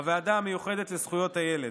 הוועדה המיוחדת לזכויות הילד.